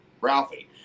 Ralphie